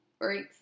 breaks